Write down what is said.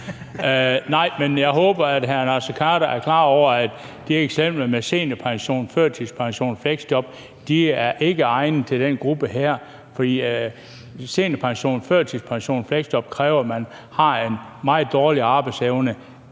skyld. Jeg håber, at hr. Naser Khader er klar over, at de eksempler med seniorpension, førtidspension, fleksjob ikke er egnede til den gruppe her, fordi seniorpension, førtidspension og fleksjob kræver, at man har en meget dårlig arbejdsevne,